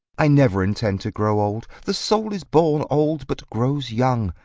i never intend to grow old. the soul is born old but grows young.